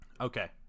Okay